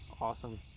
awesome